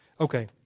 Okay